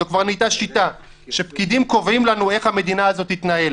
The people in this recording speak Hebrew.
זו כבר נהייתה שיטה שפקידים קובעים איך המדינה הזו תתנהל